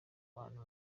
abantu